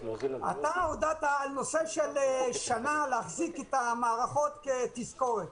אתה הודעת על נושא של שנה להחזיק את המערכות כתזכורת.